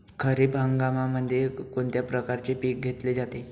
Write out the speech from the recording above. खरीप हंगामामध्ये कोणत्या प्रकारचे पीक घेतले जाते?